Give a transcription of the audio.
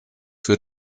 für